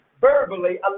verbally